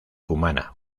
cumaná